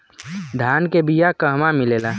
धान के बिया कहवा मिलेला?